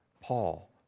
Paul